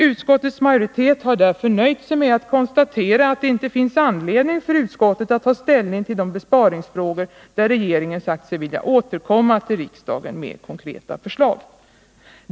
Utskottets majoritet har därför nöjt sig med att konstatera att det inte finns anledning för utskottet att ta ställning till de besparingsfrågor där regeringen sagt sig vilja återkomma till riksdagen med konkreta förslag.